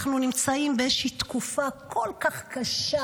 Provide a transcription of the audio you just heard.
אנחנו נמצאים באיזושהי תקופה כל כך קשה